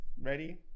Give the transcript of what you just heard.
ready